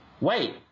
wait